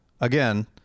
again